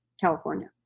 California